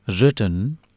written